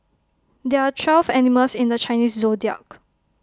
there are twelve animals in the Chinese Zodiac